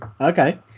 okay